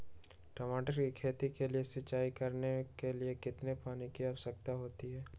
टमाटर की खेती के लिए सिंचाई करने के लिए कितने पानी की आवश्यकता होती है?